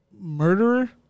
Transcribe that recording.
murderer